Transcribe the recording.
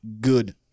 good